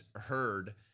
heard